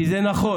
כי זה נכון.